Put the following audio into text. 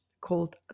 called